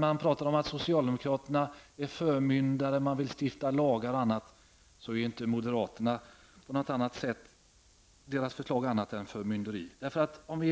De talar om att socialdemokraterna är förmyndare, vill stifta lagar osv. Moderaternas förslag är inte något annat än förmynderi. Vi